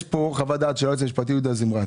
יש פה חוות דעת של היועץ המשפטי יהודה זמרת.